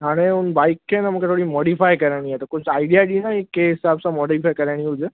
हाणे उन बाईक खे एन मूंखे थोरी मोडीफ़ाए कराइणी आहे त कुझु आईडिया ॾींदा कंहिं हिसाब सां मोडीफ़ाए कराइणी हुजे